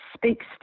speaks